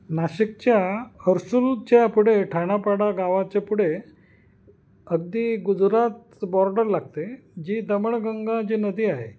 नाशिकच्या हर्सूलच्या पुढे ठाण्यापाडा गावाच्या पुढे अगदी गुजरात बॉर्डर लागते जी दमणगंगा जी नदी आहे